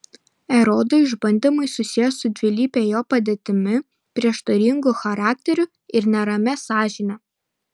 erodo išbandymai susiję su dvilype jo padėtimi prieštaringu charakteriu ir neramia sąžinę